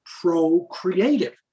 procreative